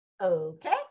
Okay